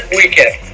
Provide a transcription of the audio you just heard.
weekend